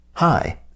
Hi